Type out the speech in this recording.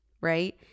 right